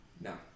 No